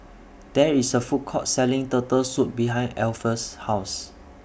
There IS A Food Court Selling Turtle Soup behind Alpheus' House